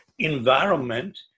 Environment